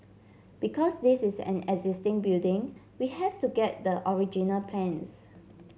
because this is an existing building we have to get the original plans